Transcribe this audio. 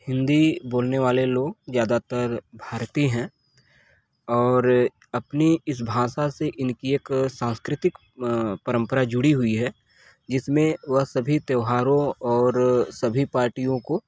हिंदी बोलने वाले लोग ज्यादातर भारतीय हैं और अपनी इस भाषा से इनकी एक सांस्कृतिक परंपरा जुड़ी हुई है जिसमें वह सभी त्योहारों और सभी पार्टियों को